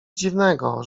dziwnego